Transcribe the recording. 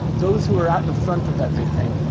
those who are out in the front of everything.